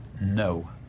No